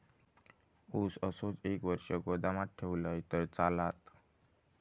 ऊस असोच एक वर्ष गोदामात ठेवलंय तर चालात?